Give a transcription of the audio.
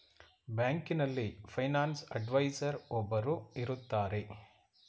ಬ್ಯಾಂಕಿನಲ್ಲಿ finance adviser ಒಬ್ಬರು ಇರುತ್ತಾರೆ